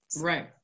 Right